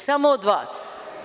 Samo od vas.